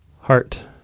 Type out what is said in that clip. Heart